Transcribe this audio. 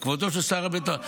על כבודו של שר הביטחון.